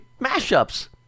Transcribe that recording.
mashups